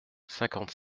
cinquante